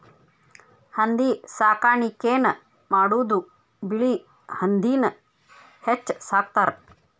ಹಂದಿ ಸಾಕಾಣಿಕೆನ ಮಾಡುದು ಬಿಳಿ ಹಂದಿನ ಹೆಚ್ಚ ಸಾಕತಾರ